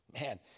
Man